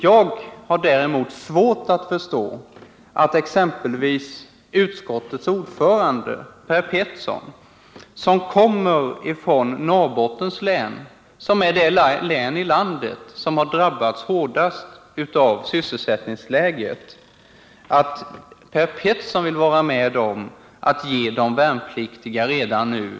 Jag har däremot svårt att förstå att exempelvis utskottets ordförande Per Petersson, som kommer från Norrbottens län, det län i landet som har drabbats hårdast av sysselsättningsläget, inte vill vara med om att redan nu ge de värnpliktiga denna förbättring.